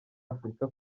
afurika